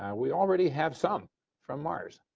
and we already have some from mars.